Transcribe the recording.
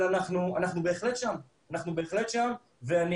אנחנו פוגשים את הלכלוך הזה והוא משפיע על איכות חיינו בצורה דרמטית.